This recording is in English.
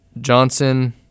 Johnson